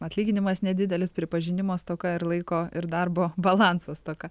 atlyginimas nedidelis pripažinimo stoka ir laiko ir darbo balanso stoka